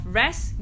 rest